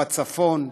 בצפון.